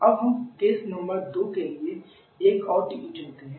अब हम case number दो के लिए एक और TE चुनते हैं